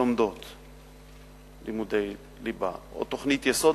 לומדות לימודי ליבה או תוכנית יסוד,